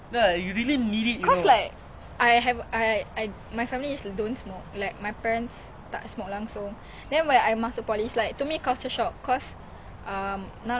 !wow! aku macam quite shock nampak dia orang as kelakar to me but like to them is a norm but dah biasa is so cute like minggu depan aku bagi kau balik like !wow!